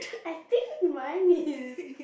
I think mine is